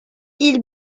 ils